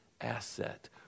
asset